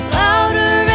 louder